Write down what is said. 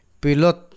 pilot